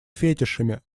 фетишами